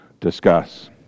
discuss